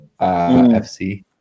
FC